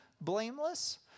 blameless